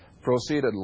...proceeded